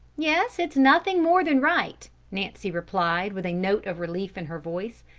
yes, it's nothing more than right, nancy replied, with a note of relief in her voice,